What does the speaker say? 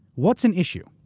what's an issue?